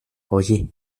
oye